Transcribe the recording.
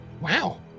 wow